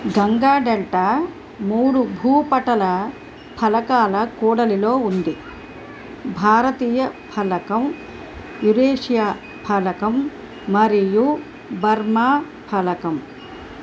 Ganga delta మూడు భూపటల ఫలకాల కూడలిలో ఉంది భారతీయ ఫలకం యూరేషియా ఫలకం మరియు బర్మా ఫలకం